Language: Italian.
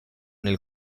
nel